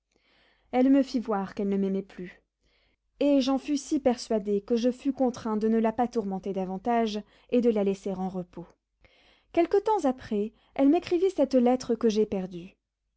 elle me fit voir qu'elle ne m'aimait plus et j'en fus si persuadé que je fus contraint de ne la pas tourmenter davantage et de la laisser en repos quelque temps après elle m'écrivit cette lettre que j'ai perdue